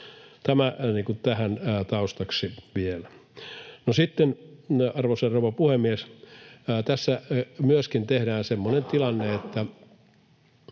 kuin tähän taustaksi vielä. No sitten, arvoisa rouva puhemies, tässä myöskin tehdään semmoinen tilanne, että